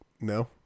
no